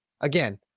Again